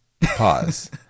Pause